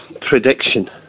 prediction